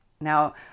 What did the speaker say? Now